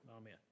Amen